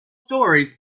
stories